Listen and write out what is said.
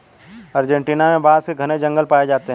Argentina में बांस के घने जंगल पाए जाते हैं